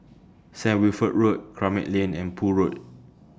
Saint Wilfred Road Kramat Lane and Poole Road